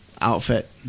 outfit